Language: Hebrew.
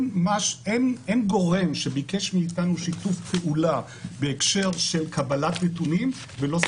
אין גורם שביקש מאיתנו שיתוף פעולה בהקשר של קבלת נתונים ולא סייענו.